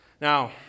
Now